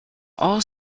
all